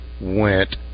went